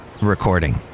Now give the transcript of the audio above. recording